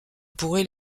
pourrait